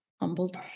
humbled